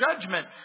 judgment